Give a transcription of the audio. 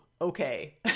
okay